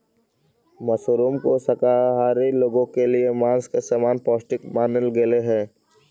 mushroom को शाकाहारी लोगों के लिए मांस के समान पौष्टिक मानल गेलई हे